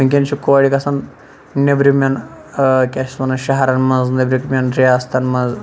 وٕنکٮ۪ن چھِ کورِ گَژھان نیٚبرِمٮ۪ن کیاہ چھس وَنان شَہرَن مَنٛز نیٚبرِمٮ۪ن رِیاستَن مَنٛز